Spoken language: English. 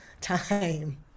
time